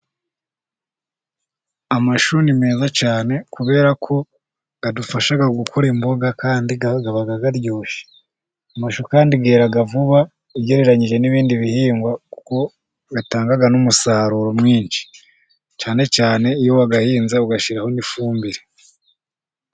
Amashu ni meza cyane, kubera ko adufasha gukora imboga kandi aba aryoshye, amashu kandi yera vuba, ugereranyije n'ibindi bihingwa, kuko atanga n'umusaruro mwinshi, cyane cyane iyo wayahinze, ugashyiraho n'ifumbire.